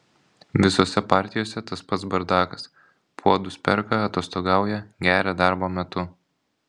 visose partijose tas pats bardakas puodus perka atostogauja geria darbo metu